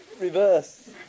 reverse